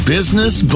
Business